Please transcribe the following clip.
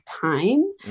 time